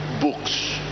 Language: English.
books